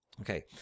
Okay